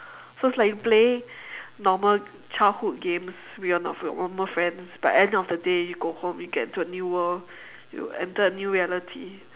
so it's like you play normal childhood games with your normal friends but end of the day you go home you get into a new world you enter a new reality